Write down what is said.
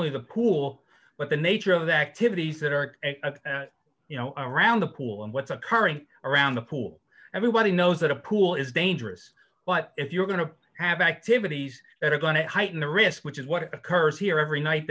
only the pool but the nature of the activities that are you know around the pool and what's occurring around the pool everybody knows that a pool is dangerous but if you're going to have activities that are going to heighten the risk which is what occurs here every night